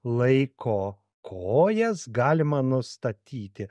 laiko kojas galima nustatyti